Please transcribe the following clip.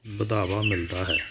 ਵਧਾਵਾ ਮਿਲਦਾ ਹੈ